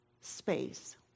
space